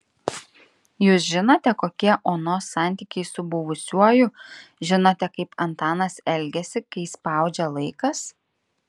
jūs žinote kokie onos santykiai su buvusiuoju žinote kaip antanas elgiasi kai spaudžia laikas